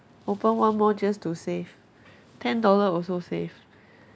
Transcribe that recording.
open one more just to save ten dollar also save